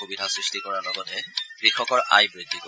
সুবিধা সৃষ্টি কৰাৰ লগতে কৃষকৰ আয় বৃদ্ধি কৰিব